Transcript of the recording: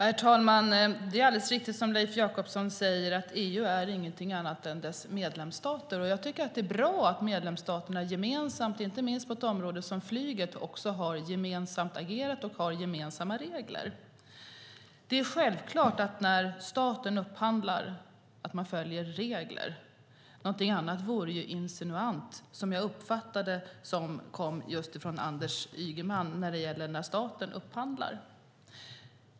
Herr talman! Det är riktigt som Leif Jakobsson säger att EU inte är någonting annat än sina medlemsstater. Jag tycker att det är bra att medlemsstaterna agerar gemensamt och har gemensamma regler, inte minst på ett område som flyget. Det är självklart att man följer regler när staten upphandlar. Jag uppfattade att Anders Ygeman insinuerade någonting annat.